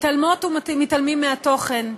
מתעלמות ומתעלמים מהתוכן.